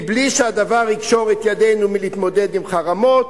בלי שהדבר יקשור את ידינו מלהתמודד עם חרמות,